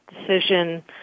decision